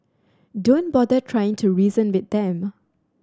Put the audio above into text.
don't bother trying to reason with them